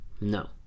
No